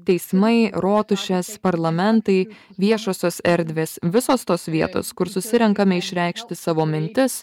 teismai rotušės parlamentai viešosios erdvės visos tos vietos kur susirenkame išreikšti savo mintis